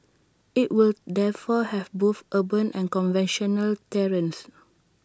IT will therefore have both urban and conventional terrain